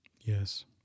Yes